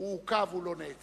הוא עוכב, הוא לא נעצר.